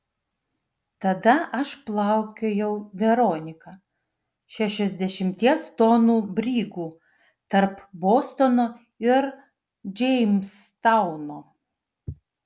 tada aš plaukiojau veronika šešiasdešimties tonų brigu tarp bostono ir džeimstauno